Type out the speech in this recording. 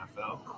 NFL